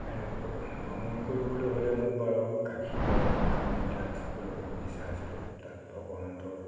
আৰু ভ্ৰমণ কৰিবলৈ হ'লে মোৰ বাৰু কাশী গয়া বৃন্দাবন এইবিলাক চাবলৈ বহুত ইচ্ছা আছিলে তাত ভগৱন্তৰ